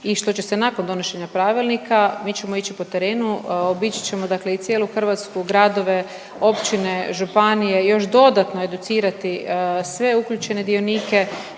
i što će se nakon donošenja pravilnika. Mi ćemo ići po terenu, obići ćemo, dakle i cijelu Hrvatsku, gradove, općine, županije i još dodatno educirati sve uključene dionike